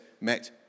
met